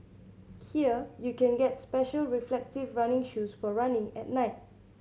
here you can get special reflective running shoes for running at night